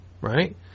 Right